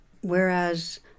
whereas